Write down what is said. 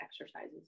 exercises